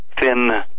thin